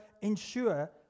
ensure